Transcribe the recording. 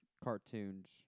cartoons